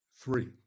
three